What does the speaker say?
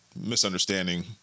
misunderstanding